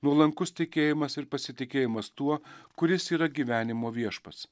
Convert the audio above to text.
nuolankus tikėjimas ir pasitikėjimas tuo kuris yra gyvenimo viešpats